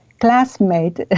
classmate